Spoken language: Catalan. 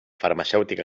farmacèutic